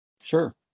Sure